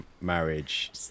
marriage